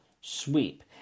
sweep